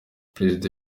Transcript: perezida